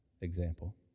example